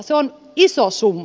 se on iso summa